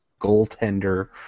goaltender